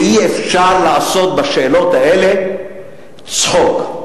אי-אפשר לעשות בשאלות האלה צחוק.